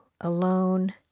alone